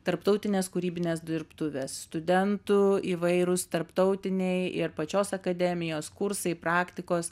tarptautinės kūrybinės dirbtuvės studentų įvairūs tarptautiniai ir pačios akademijos kursai praktikos